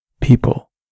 people